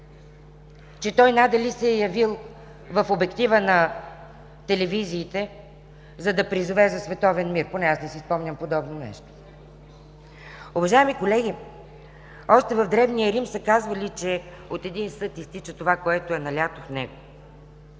че той надали се е явил в обектива на телевизиите, за да призове за световен мир, поне аз не си спомням подобно нещо. Уважаеми колеги, още в древния Рим са казвали, че от един съд изтича това, което е налято в него.